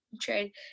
trade